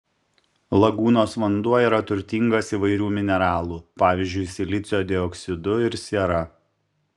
lagūnos vanduo yra turtingas įvairių mineralų pavyzdžiui silicio dioksidu ir siera